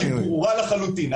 התוצאה ברורה לחלוטין.